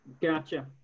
Gotcha